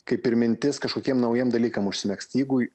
kaip ir mintis kažkokiem naujiem dalykam užsimegzt jeigu